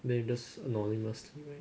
then you just anonymously